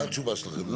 מה התשובה שלך?